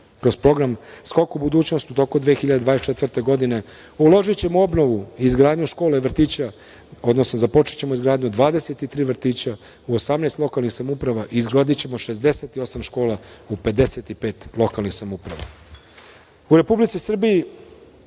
program „Skok u budućnost“ tokom 2024. godine uložićemo u obnovu i izgradnju škola i vrtića, odnosno započećemo izgradnju 23 vrtića u 18 lokalnih samouprava i izgradićemo 68 škola u 55 lokalnih samouprava.U Republici Srbiji